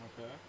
Okay